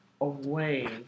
away